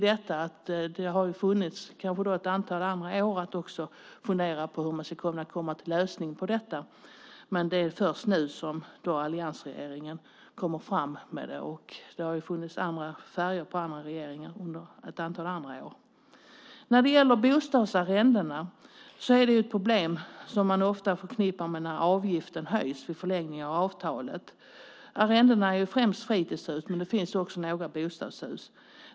Det har passerat ett antal år då det har varit möjligt att fundera över hur det ska bli en lösning, men det är först nu som alliansregeringen kommer fram med ett förslag. Det har funnits andra regeringar med andra färger under ett antal andra år. Bostadsarrenden är ett problem som ofta förknippas med att avgiften höjs vid förlängning av avtalet. Arrendena gäller främst fritidshus, men det finns också bostadshus.